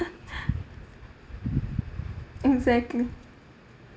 exactly